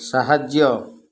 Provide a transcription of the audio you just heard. ସାହାଯ୍ୟ